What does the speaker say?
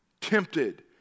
tempted